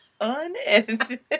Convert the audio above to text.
Unedited